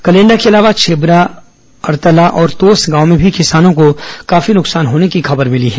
कलेंडा के अलावा छिब्रा अतरला और तोस गांव में भी किसानों को काफी नुकसान होने की खबर मिली है